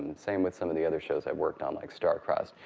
and same with some of the other shows i worked, um like star-crossed.